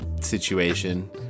situation